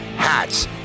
hats